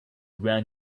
ran